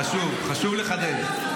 חשוב, חשוב לחדד.